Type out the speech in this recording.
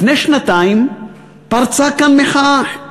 לפני שנתיים פרצה כאן מחאה,